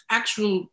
actual